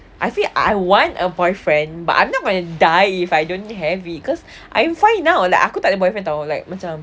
I feel I I want a boyfriend but I'm not gonna die if I don't have it cause I'm fine now like aku tak ada boyfriend [tau] macam